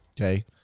Okay